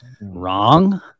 wrong